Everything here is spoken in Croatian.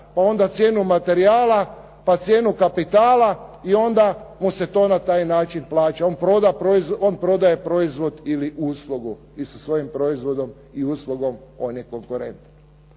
pa onda cijenu materijala, pa cijenu kapitala i onda mu se to na taj način plaća. On prodaje proizvod ili uslugu i sa svojim proizvodom i uslugom on je konkurentan.